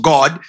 God